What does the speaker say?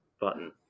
button